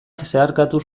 zeharkatuz